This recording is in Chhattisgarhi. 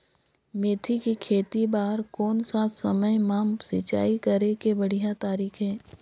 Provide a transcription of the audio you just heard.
मेथी के खेती बार कोन सा समय मां सिंचाई करे के बढ़िया तारीक हे?